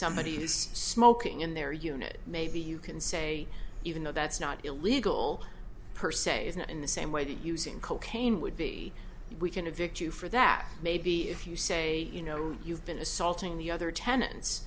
somebody is smoking in their unit maybe you can say even though that's not illegal per se is not in the same way that using cocaine would be we can evict you for that maybe if you say you know you've been assaulting the other tenan